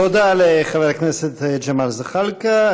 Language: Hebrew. תודה לחבר הכנסת ג'מאל זחאלקה.